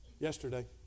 yesterday